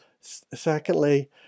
secondly